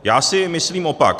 Já si myslím opak.